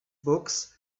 books